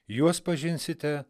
juos pažinsite